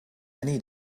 need